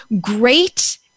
great